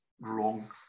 wrong